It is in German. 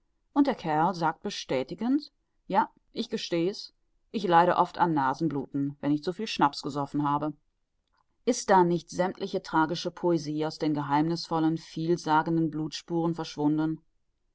und der kerl sagt bestätigend ja ich gesteh's ich leide oft an nasenbluten wenn ich zu viel schnaps gesoffen habe ist da nicht sämmtliche tragische poesie aus den geheimnißvollen vielsagenden blutspuren verschwunden